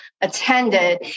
attended